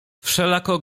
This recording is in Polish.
wszelako